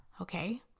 Okay